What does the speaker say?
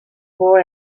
boy